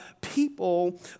people